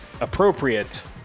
appropriate